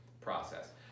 process